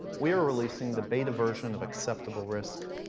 we are releasing the beta version of acceptable risk,